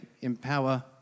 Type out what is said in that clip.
empower